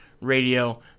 Radio